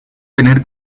tener